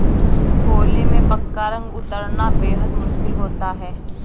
होली में पक्का रंग उतरना बेहद मुश्किल होता है